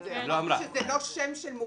לא אמרתי את זה, אמרתי שזה לא שם מוגבלות.